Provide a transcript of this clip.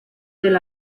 del